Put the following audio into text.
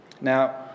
Now